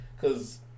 Cause